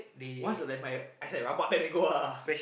what's the I say rabak then they go ah